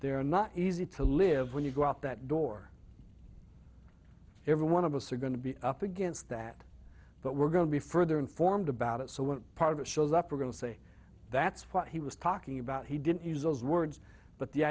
they're not easy to live when you go out that door everyone of us are going to be up against that but we're going to be further informed about it so when part of it shows up we're going to say that's what he was talking about he didn't use those words but the